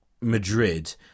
Madrid